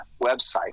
website